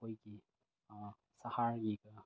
ꯑꯩꯈꯣꯏꯒꯤ ꯁꯍꯔꯒꯤꯒ